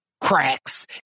cracks